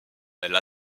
elle